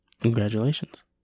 Congratulations